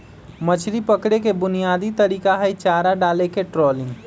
मछरी पकड़े के बुनयादी तरीका हई चारा डालके ट्रॉलिंग